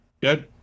Good